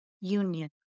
union